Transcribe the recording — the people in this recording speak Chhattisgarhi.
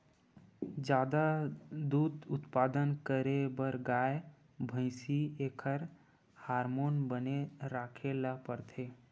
जादा दूद उत्पादन करे बर गाय, भइसी एखर हारमोन बने राखे ल परथे